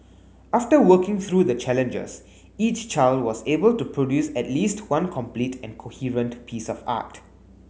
after working through the challenges each child was able to produce at least one complete and coherent piece of art